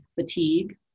fatigue